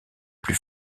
plus